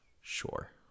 sure